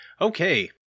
Okay